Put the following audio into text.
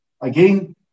Again